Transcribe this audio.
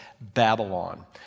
Babylon